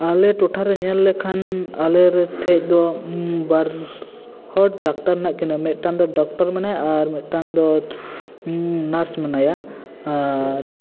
ᱟᱞᱮ ᱴᱚᱴᱷᱟ ᱨᱮ ᱧᱮᱞ ᱞᱮᱠᱷᱟᱱ ᱟᱞᱮ ᱨᱮ ᱴᱷᱮᱡ ᱫᱚ ᱵᱟᱨ ᱦᱚᱲ ᱰᱟᱠᱴᱟᱨ ᱢᱮᱱᱟᱜ ᱠᱤᱱᱟᱹ ᱢᱤᱫᱴᱟᱝ ᱫᱚ ᱰᱚᱠᱴᱚᱨ ᱢᱮᱱᱟᱭᱟ ᱟᱨ ᱢᱤᱫᱴᱟᱝ ᱫᱚ ᱱᱟᱨᱥ ᱢᱮᱱᱟᱭᱟ ᱟᱨ